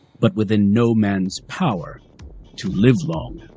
but within no man's power to live long.